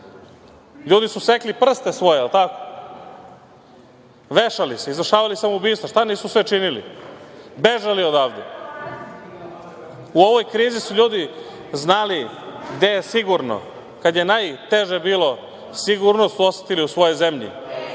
Ljudi su sekli prste svoje, da li je tako? Vešali se, izvršavali samoubistva. Šta nisu sve činili? Bežali su odavde.U ovoj krizi su ljudi znali gde je sigurno. Kada je najteže bilo, sigurnost su osetili u svojoj zemlji. Srbija